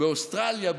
באוסטרליה,